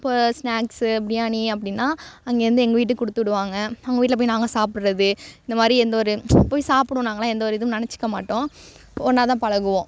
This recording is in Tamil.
இப்போ ஸ்நாக்ஸ் பிரியாணி அப்படின்னா அங்கேயிர்ந்து எங்கள் வீட்டுக்கு கொடுத்து விடுவாங்க அவங்க வீட்டில போய் நாங்கள் சாப்பிட்றது இந்த மாதிரி எந்த ஒரு போய் சாப்பிடுவோம் நாங்கள்லாம் எந்த ஒரு இதுவும் நினச்சிக்க மாட்டோம் ஒன்னாகதான் பழகுவோம்